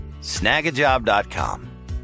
Snagajob.com